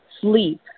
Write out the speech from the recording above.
Sleep